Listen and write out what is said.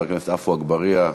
חבר הכנסת עפו אגבאריה.